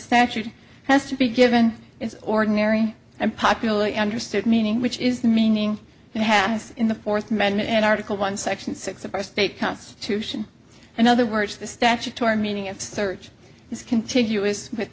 statute has to be given is ordinary and popularly understood meaning which is the meaning it happens in the fourth amendment in article one section six of our state constitution and other words the statutory meaning of search is contiguous with